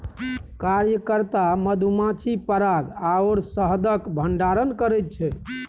कार्यकर्ता मधुमाछी पराग आओर शहदक भंडारण करैत छै